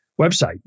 website